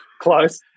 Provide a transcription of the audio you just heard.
close